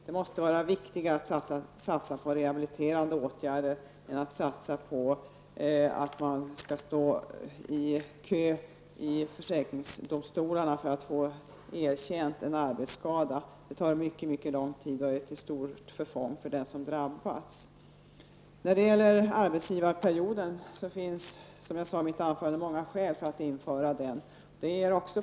Det måste vara viktigare att satsa på rehabiliterande åtgärder än att satsa på att köa i försäkringsdomstolarna för att få en arbetsskada erkänd. Detta tar mycket lång tid och är till stort förfång för den som har drabbats. Det finns som jag sade i mitt anförande många skäl att införa en arbetsgivarperiod.